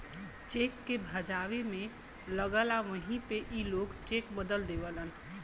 check के भजाए मे लगला वही मे ई लोग चेक बदल देवेलन